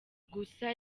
gusa